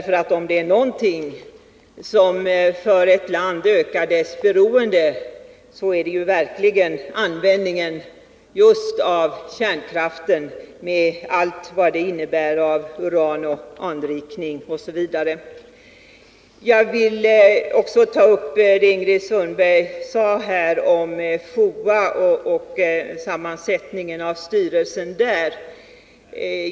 För om det är någonting som ökar ett lands beroende är det just användningen av kärnkraft, med allt vad det innebär av uranförbrukning, anrikning, osv. Jag vill också ta upp det som Ingrid Sundberg sade om FOA och sammansättningen av styrelsen där.